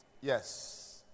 Yes